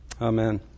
Amen